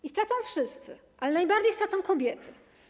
I stracą wszyscy, ale najbardziej stracą kobiety.